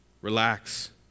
Relax